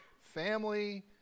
family